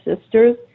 sisters